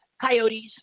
coyotes